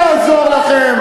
יעזור לכם.